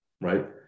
right